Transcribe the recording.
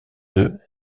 deux